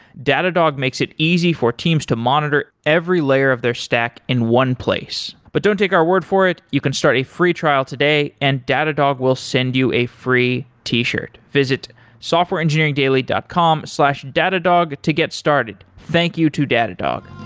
datadog makes it easy for teams to monitor every layer of their stack in one place but don't take our word for it, you can start a free trial today and datadog will send you a free t-shirt. visit softwareengineeringdaily dot com slash datadog to get started. thank you to datadog